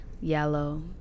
yellow